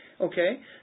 Okay